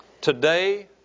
today